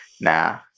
nah